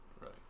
Right